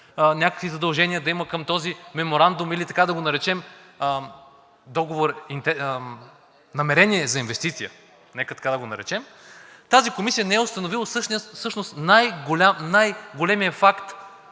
някакви задължения да има към този меморандум или така да го наречем – намерение за инвестиция – нека така да го наречем, тази комисия не е установила всъщност най-големия факт,